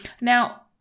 Now